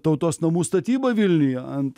tautos namų statybą vilniuje ant